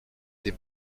des